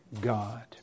God